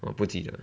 我不记得